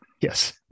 yes